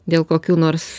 dėl kokių nors